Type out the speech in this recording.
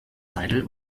seidel